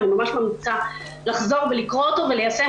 אני ממליצה לחזור ולקרוא אותו וליישם,